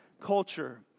culture